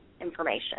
information